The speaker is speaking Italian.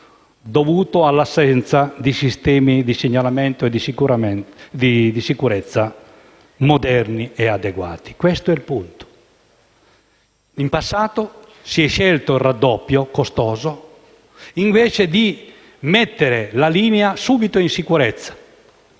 dovuto all'assenza di sistemi di segnalamento e di sicurezza moderni e adeguati: questo è il punto. In passato si è scelto il raddoppio costoso, invece di mettere la linea subito in sicurezza.